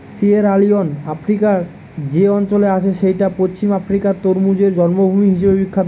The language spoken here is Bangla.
সিয়েরালিওন আফ্রিকার যে অঞ্চলে আছে সেইটা পশ্চিম আফ্রিকার তরমুজের জন্মভূমি হিসাবে বিখ্যাত